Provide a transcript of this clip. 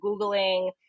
Googling